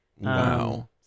Wow